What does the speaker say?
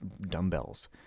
dumbbells